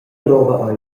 drova